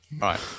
right